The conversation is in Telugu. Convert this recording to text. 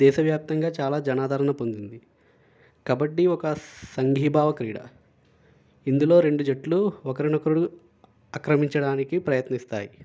దేశవ్యాప్తంగా చాలా జనాదరణ పొందింది కబడ్డీ ఒక సంఘీభావ క్రీడ ఇందులో రెండు జట్లు ఒకరిని ఒకరు అక్రమించడానికి ప్రయత్నిస్తాయి